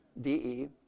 de